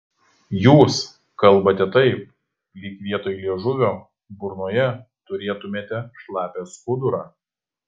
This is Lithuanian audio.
jūs kalbate taip lyg vietoj liežuvio burnoje turėtumėte šlapią skudurą